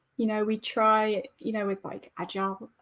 you know, we try you know with like agile,